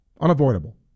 Unavoidable